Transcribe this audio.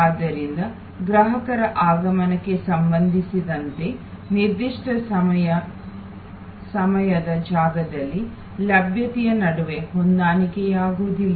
ಆದ್ದರಿಂದ ಗ್ರಾಹಕರ ಆಗಮನಕ್ಕೆ ಸಂಬಂಧಿಸಿದಂತೆ ನಿರ್ದಿಷ್ಟ ಸಮಯದ ಜಾಗದಲ್ಲಿ ಲಭ್ಯತೆಯ ನಡುವೆ ಹೊಂದಾಣಿಕೆಯಾಗುವುದಿಲ್ಲ